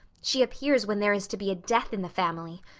she appears when there is to be a death in the family.